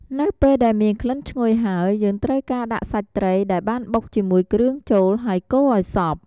នៅពេលដែលមានក្លិនឈ្ងុយហើយ យើងត្រូវការដាក់សាច់ត្រីដែលបានបុកជាមួយគ្រឿងចូល ហើយកូរឲ្យសប់។